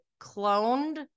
cloned